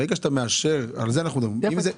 על זה אנחנו מדברים.